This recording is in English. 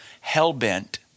hell-bent